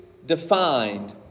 defined